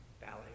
Valley